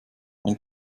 mein